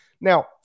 Now